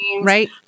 right